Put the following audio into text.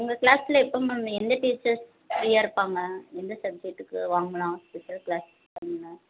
உங்கள் க்ளாஸில் எப்போ மேம் எந்த டீச்சர் ஃப்ரீயாக இருப்பாங்க எந்த சப்ஜெக்ட்டுக்கு வாங்கலாம் ஸ்பெஷல் க்ளாஸ் பண்ண